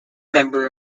member